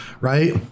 right